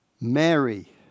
Mary